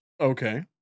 Okay